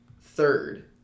third